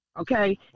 Okay